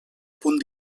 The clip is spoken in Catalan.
punt